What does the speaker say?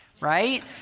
right